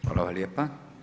Hvala lijepa.